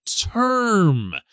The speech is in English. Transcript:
term